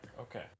Okay